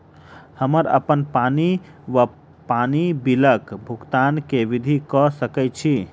हम्मर अप्पन पानि वा पानि बिलक भुगतान केँ विधि कऽ सकय छी?